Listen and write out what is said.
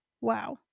wow